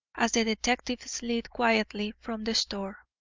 as the detective slid quietly from the store.